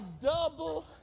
double